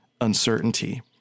uncertainty